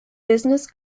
business